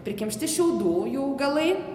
prikimšti šiaudų jų galai